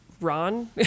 Ron